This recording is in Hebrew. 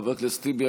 חבר הכנסת טיבי,